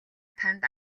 танд